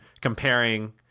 comparing